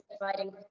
providing